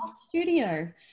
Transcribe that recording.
studio